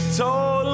total